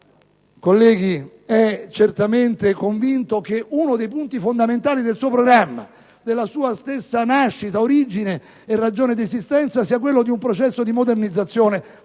colleghi, è certamente convinto che uno dei punti fondamentali del suo programma, uno dei motivi della sua stessa nascita, origine e ragione di esistenza risieda in un processo di modernizzazione